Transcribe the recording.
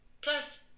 Plus